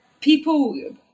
people